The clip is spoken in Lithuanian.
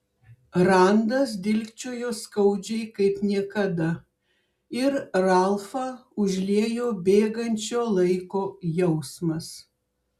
randas dilgčiojo skaudžiai kaip niekada ir ralfą užliejo bėgančio laiko jausmas